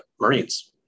Marines